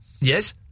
Yes